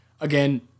Again